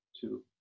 Two